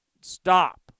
stop